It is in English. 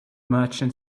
merchant